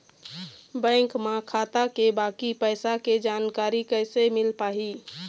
Bank म खाता के बाकी पैसा के जानकारी कैसे मिल पाही?